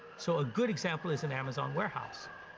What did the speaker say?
so a good example is an amazon warehouse.